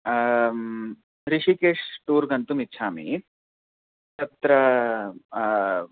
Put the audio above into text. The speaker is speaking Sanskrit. हृषिकेश् टूर् गन्तुम् इच्छामि तत्र